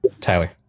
Tyler